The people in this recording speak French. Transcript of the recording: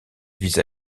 vis